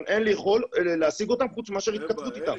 אין לי יכולת להשיג אותם חוץ מאשר התכתבות איתם.